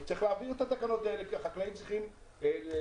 וצריך להעביר את התקנות האלה כי החקלאים צריכים לעבוד,